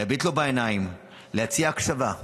להביט לו בעיניים ולהציע הקשבה.